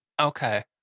Okay